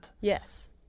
Yes